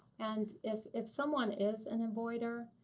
and if if someone is an avoider,